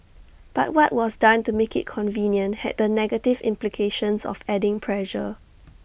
but what was done to make IT convenient had the negative implications of adding pressure